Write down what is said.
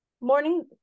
Morning